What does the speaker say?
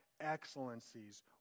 excellencies